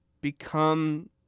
become